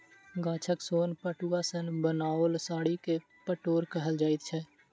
गाछक सोन पटुआ सॅ बनाओल साड़ी के पटोर कहल जाइत छै